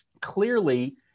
Clearly